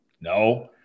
No